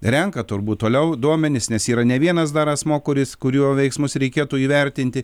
renka turbūt toliau duomenis nes yra ne vienas dar asmuo kuris kurio veiksmus reikėtų įvertinti